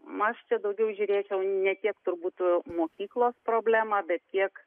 aš čia daugiau žiūrėjau ne tiek turbūt mokyklos problemą bet kiek